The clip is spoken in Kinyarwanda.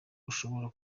ushobora